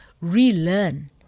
relearn